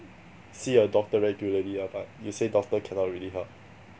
see a doctor regularly lah but you say doctor cannot really help